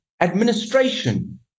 administration